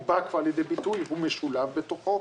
הוא בא כבר לידי ביטוי, הוא משולב בתוכו.